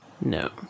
No